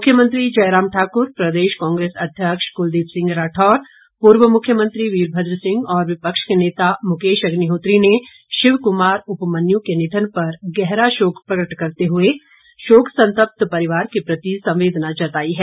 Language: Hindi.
मुख्यमंत्री जयराम ठाकुर प्रदेश कांग्रेस अध्यक्ष कुलदीप सिंह राठौर पूर्व मुख्यमंत्री वीरभद्र और विपक्ष के नेता मुकेश अग्निहोत्री ने शिव कुमार उपमन्यु के निधन पर गहरा शोक प्रकट करते हुए शोक संतप्त परिवार के प्रति संवेदना जताई है